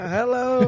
Hello